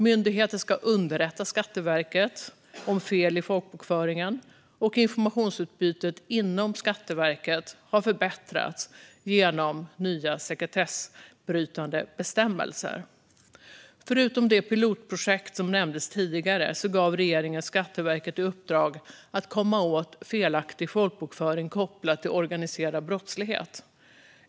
Myndigheter ska underrätta Skatteverket om fel i folkbokföringen, och informationsutbytet inom Skatteverket har förbättrats med hjälp av nya sekretessbrytande bestämmelser. Förutom det pilotprojekt som jag nämnt tidigare gav regeringen Skatteverket i uppdrag att komma åt felaktig folkbokföring kopplad till organiserad brottslighet.